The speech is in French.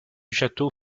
château